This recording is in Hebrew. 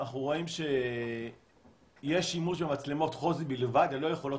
אנחנו רואים שיש שימוש במצלמות חוזי בלבד ללא יכולות